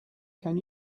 can